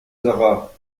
sara